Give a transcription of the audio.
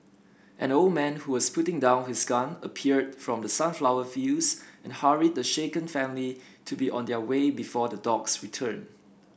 an old man who was putting down his gun appeared from the sunflower fields and hurried the shaken family to be on their way before the dogs return